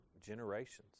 generations